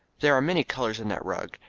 there are many colors in that rug,